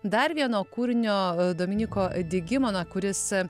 dar vieno kūrinio dominyko digimo na kuris